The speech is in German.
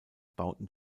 bauten